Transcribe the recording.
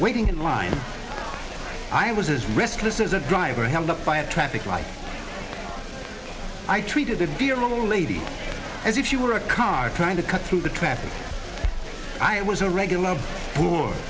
waiting in line i was as restless as a driver held up by a traffic light i treated a dear old lady as if you were a car trying to cut through the traffic i was a regular poor